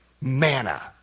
manna